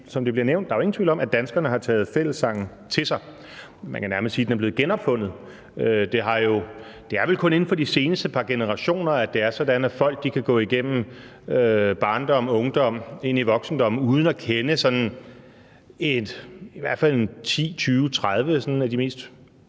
nævnt, ingen tvivl om, at danskerne har taget fællessangen til sig. Man kan nærmest sige, at den er blevet genopfundet. Det er vel kun inden for de seneste par generationer, at det er sådan, at folk kan gå gennem barndommen og ungdommen og ind i voksenlivet uden at kende i hvert fald 10, 20 eller 30 af de mest